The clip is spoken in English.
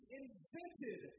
invented